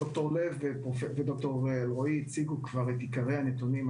ד"ר לב ואלרעי הציגו את עיקרי הנתונים.